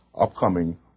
upcoming